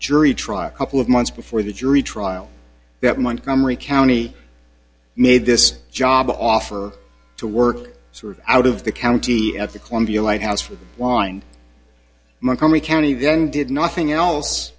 jury trial couple of months before the jury trial that montgomery county made this job offer to work sort of out of the county at the columbia lighthouse with wind montgomery county then did nothing else